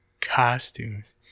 costumes